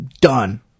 Done